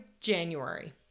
January